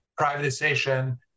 Privatization